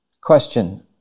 Question